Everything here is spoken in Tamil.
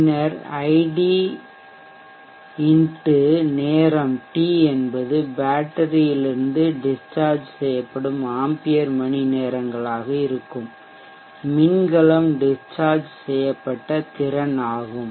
பின்னர் ஐடி X நேரம் டி என்பது பேட்டரியிலிருந்து டிஷ்சார்ஜ் செய்யப்படும் ஆம்பியர் மணிநேரங்களாக இருக்கும் மின்கலம் டிஷ்சார்ஜ் செய்யப்பட்ட திறன் ஆகும்